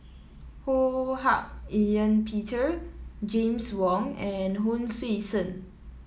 Ho Hak Ean Peter James Wong and Hon Sui Sen